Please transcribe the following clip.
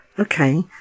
Okay